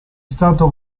stato